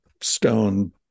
stone